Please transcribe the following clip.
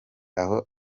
aho